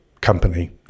company